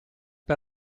per